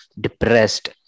depressed